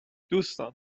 دوستان